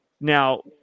Now